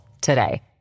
today